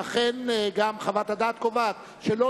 ואכן, גם חוות הדעת קובעת שלא